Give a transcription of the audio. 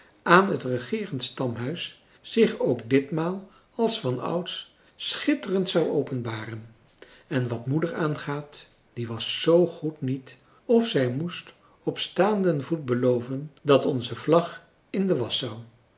aan het regeerend stamhuis zich ook ditmaal als vanouds schitterend zou openbaren en wat moeder aangaat die was zoo goed niet of zij moest op staanden voet beloven dat onze vlag in de wasch